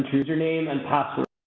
user name and password.